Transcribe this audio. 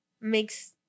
makes